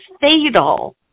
fatal